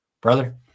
Brother